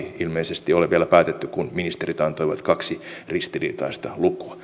ilmeisesti ole vielä päätetty kun ministerit antoivat kaksi ristiriitaista lukua tämä